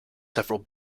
several